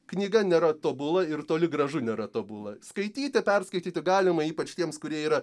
knyga nėra tobula ir toli gražu nėra tobula skaityti perskaityti galima ypač tiems kurie yra